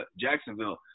Jacksonville